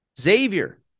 Xavier